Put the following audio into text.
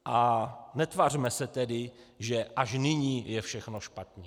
A netvařme se tedy, že až nyní je všechno špatně.